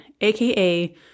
aka